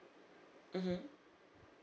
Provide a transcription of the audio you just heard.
mmhmm